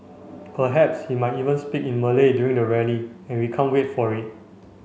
perhaps he might even speak in Malay during the rally and we can't wait for it